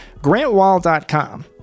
grantwall.com